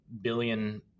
billion